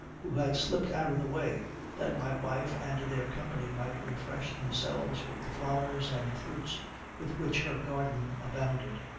who had slipped out of the way that my wife and their company might refresh themselves with the flowers and fruits with which her garden abounded.